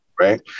right